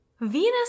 Venus